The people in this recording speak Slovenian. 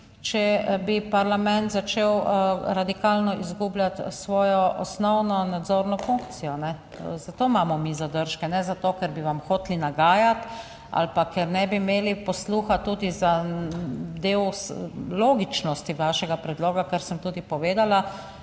če bi parlament začel radikalno izgubljati svojo osnovno nadzorno funkcijo. Zato imamo mi zadržke. Ne zato, ker bi vam hoteli nagajati. Ali pa ker ne bi imeli posluha tudi za del logičnosti vašega predloga, kar sem tudi povedala.